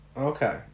Okay